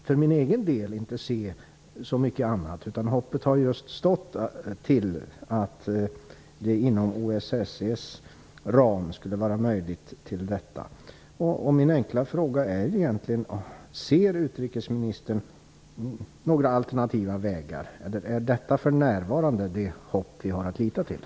För min egen del kan jag inte se så många andra alternativ. Hoppet har stått till att det inom OSSE:s ram skulle vara möjligt med en internationell närvaro. Min enkla fråga är egentligen om utrikesministern ser några alternativa vägar. Eller är detta för närvarande det hopp som vi har att lita till?